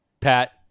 pat